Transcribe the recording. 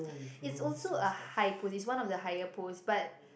it's also a high post its one of the higher post but